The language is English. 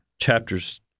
chapters